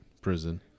prison